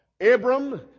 abram